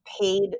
paid